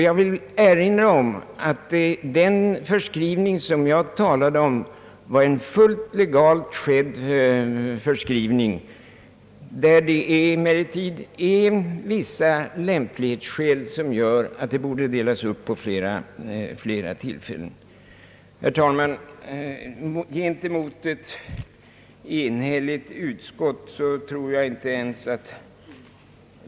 Jag vill erinra om att den förskrivning som jag talade om är en fullt legal förskrivning, där endast vissa lämplighetsskäl talar för en uppdelning av inköpet på flera inköpstillfällen. Herr talman!